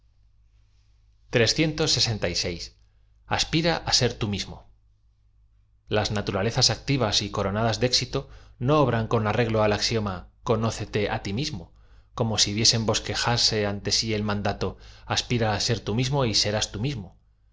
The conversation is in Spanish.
aspira á er tú mismof laa naturalezas activaa y coronadaa de éxito no obran con arreglo al axiom a conócete á ti mismo como si viesen bosquejarse ante si el mandato aspira á ser tú miamo y árdi tú m